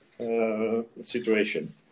situation